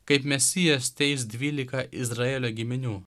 kaip mesijas teis dvylika izraelio giminių